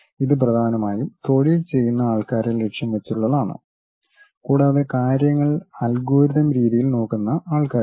ഇത് പ്രധാനമായും തൊഴിൽ ചെയ്യുന്ന ആൾക്കാരെ ലക്ഷ്യം വച്ചുള്ളതാണ് കൂടാതെ കാര്യങ്ങൾ അൽഗോരിതം രീതിയിൽ നോക്കുന്ന ആൾക്കാരും